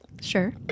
sure